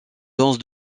danse